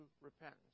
repentance